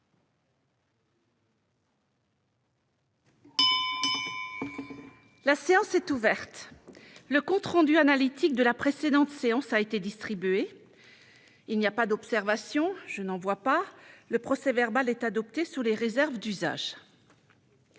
La séance est ouverte. Le compte rendu analytique de la précédente séance a été distribué. Il n'y a pas d'observation ?... Le procès-verbal est adopté sous les réserves d'usage.